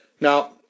Now